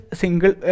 single